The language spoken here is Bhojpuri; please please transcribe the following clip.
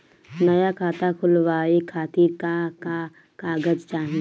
नया खाता खुलवाए खातिर का का कागज चाहीं?